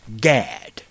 Gad